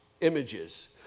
images